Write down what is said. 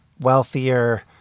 wealthier